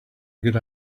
good